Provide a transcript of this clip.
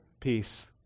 peace